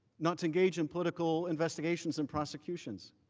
not to engage in political investigations and prosecutions.